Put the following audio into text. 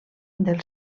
del